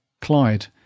Clyde